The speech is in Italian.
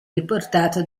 riportato